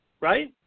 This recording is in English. Right